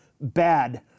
bad